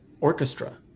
orchestra